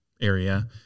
area